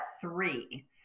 three